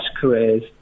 careers